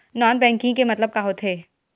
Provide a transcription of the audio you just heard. Non banking के मतलब का होथे?